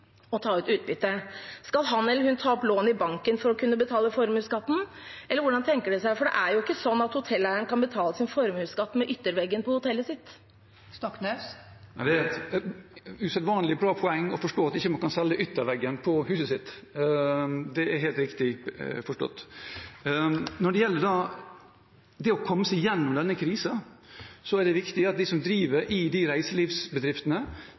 ta ut utbytte? Skal han eller hun ta opp lån i banken for å kunne betale formuesskatten, eller hvordan tenker man seg det? For det er jo ikke sånn at hotelleieren kan betale sin formuesskatt med ytterveggen på hotellet sitt? Det er et usedvanlig bra poeng at en ikke kan selge ytterveggen på huset sitt. Det er helt riktig forstått. Når det gjelder å komme seg gjennom denne krisen, er det viktig at de som driver reiselivsbedriftene, får de